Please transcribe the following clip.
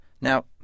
Now